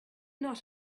not